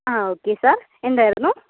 ആ okay sir എന്തായിരുന്നു